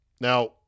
Now